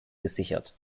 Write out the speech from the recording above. gesichert